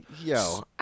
Yo